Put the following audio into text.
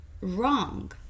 wrong